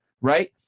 right